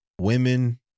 women